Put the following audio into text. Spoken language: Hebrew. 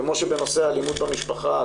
כמו שבנושא האלימות במשפחה,